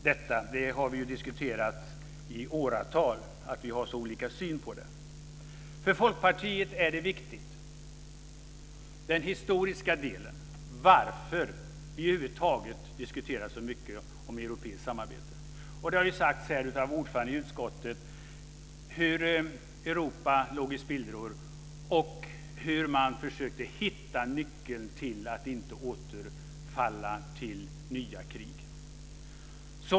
Denna olika syn har vi diskuterat i åratal. För Folkpartiet är den historiska delen viktig; varför vi över huvud taget diskuterar europeiskt samarbete. Det har sagts av ordföranden i utskottet hur Europa låg i spillror och hur man försökte hitta nyckeln till att inte återfalla till nya krig.